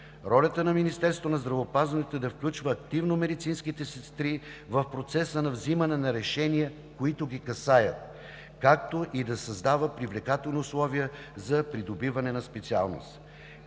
Ролята на Министерството на здравеопазването е да включва активно медицинските сестри в процеса на взимане на решения, които ги касаят, както и да създава привлекателни условия за придобиване на специалност.